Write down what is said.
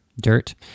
dirt